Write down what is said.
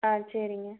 ஆ சரிங்க